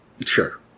Sure